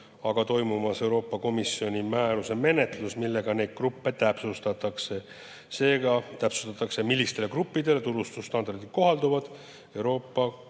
aga toimumas Euroopa Komisjoni määruse menetlus, millega neid gruppe täpsustatakse. Seega täpsustatakse, millistele gruppidele turustusstandardid kohalduvad, Euroopa Komisjoni